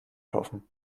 kaufen